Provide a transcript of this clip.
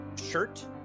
shirt